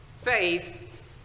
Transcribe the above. Faith